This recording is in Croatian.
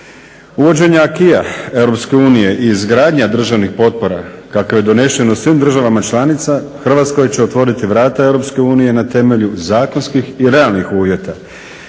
Europske unije i izgradnja državnih potpora kakav je donesen u svim državama članicama Hrvatskoj će otvoriti vrata EU na temelju zakonskih i realnih uvjeta